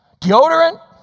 Deodorant